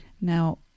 Now